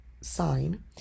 sign